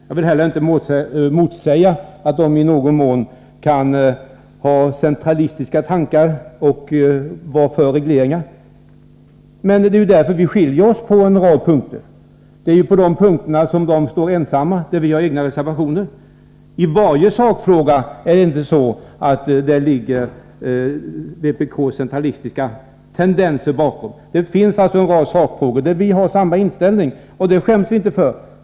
Jag vill heller inte motsäga att vpk i någon mån kan ha centralistiska tankar och vara för regleringar, men det är ju därför vi skiljer oss på en rad punkter. Det är på de punkter där de står ensamma vi har egna reservationer. Det är inte så i varje sakfråga att vpk:s centralistiska tendenser ligger bakom, men det finns alltså en rad sakfrågor där vi har samma inställning, och det skäms vi inte för.